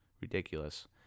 ridiculous